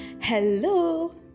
Hello